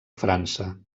frança